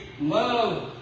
love